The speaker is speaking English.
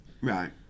Right